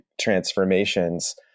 transformations